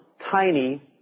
tiny